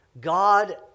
God